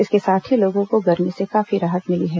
इसके साथ ही लोगों को गर्मी से काफी राहत मिली है